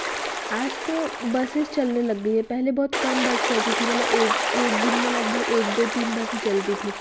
आज तो बसेस चलने लग गई हैं पहले बहुत कम बस रहती थीं मतलब एक दिन में लगभग एक दो तीन बस ही चलती थी